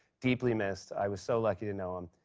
deeply missed. i was so lucky to know him.